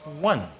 One